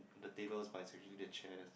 the table by surgery the chairs